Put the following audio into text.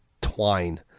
twine